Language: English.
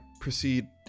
proceed